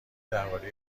دربارهی